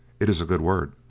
it is a good word.